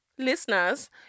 listeners